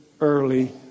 early